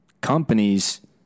companies